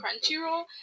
crunchyroll